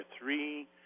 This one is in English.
three